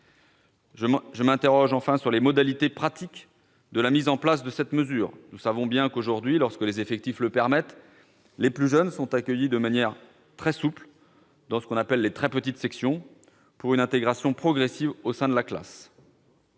Je m'inquiète également au sujet des modalités pratiques de la mise en place de cette mesure. Nous le savons bien, lorsque les effectifs le permettent, les plus jeunes sont accueillis de manière très souple dans les très petites sections, pour une intégration progressive au sein de la classe.